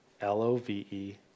L-O-V-E